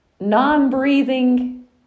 non-breathing